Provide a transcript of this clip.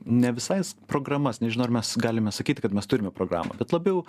ne visais programas nežinau ar mes galime sakyti kad mes turime programą bet labiau